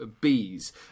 bees